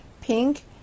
pink